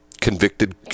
Convicted